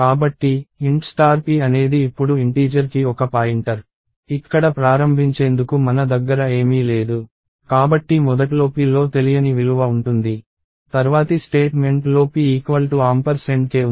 కాబట్టి int p అనేది ఇప్పుడు ఇంటీజర్ కి ఒక పాయింటర్ ఇక్కడ ప్రారంభించేందుకు మన దగ్గర ఏమీ లేదు కాబట్టి మొదట్లో p లో తెలియని విలువ ఉంటుంది తర్వాతి స్టేట్మెంట్లో pk ఉంది